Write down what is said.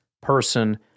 person